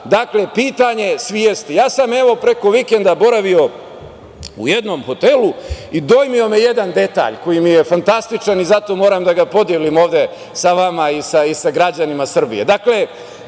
pitanje je svesti. Ja sam preko vikenda boravio u jednom hotelu i dojmio me jedan detalj, koji mi je fantastičan i zato moram da ga podelim ovde sa vama i sa građanima Srbije. Dakle,